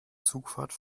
zugfahrt